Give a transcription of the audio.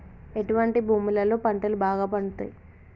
ఎటువంటి భూములలో పంటలు బాగా పండుతయ్?